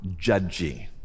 judgy